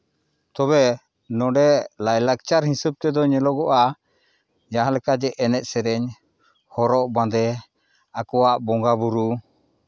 ᱛᱚᱵᱮ ᱱᱚᱰᱮ ᱞᱟᱭᱼᱞᱟᱠᱪᱟᱨ ᱦᱤᱥᱟᱹᱵᱽ ᱛᱮᱫᱚ ᱧᱮᱞᱚᱜᱚᱜᱼᱟ ᱡᱟᱦᱟᱸ ᱞᱮᱠᱟ ᱡᱮ ᱮᱱᱮᱡ ᱥᱮᱨᱮᱧ ᱦᱚᱨᱚᱜ ᱵᱟᱸᱫᱮ ᱟᱠᱚᱣᱟᱜ ᱵᱚᱸᱜᱟᱼᱵᱩᱨᱩ